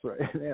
right